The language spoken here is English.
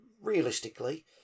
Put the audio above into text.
realistically